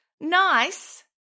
Nice